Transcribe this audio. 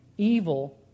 Evil